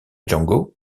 django